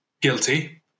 guilty